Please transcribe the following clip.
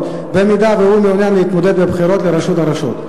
אם הוא מעוניין להתמודד בבחירות לראשות הרשות.